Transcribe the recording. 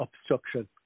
obstruction